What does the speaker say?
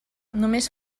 només